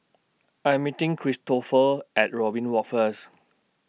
I Am meeting Cristofer At Robin Walk First